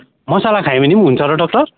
मसाला खायो भने पनि हुन्छ र डाक्टर